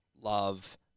Love